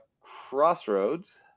Crossroads